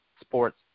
Sports